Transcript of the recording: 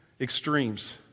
extremes